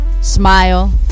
Smile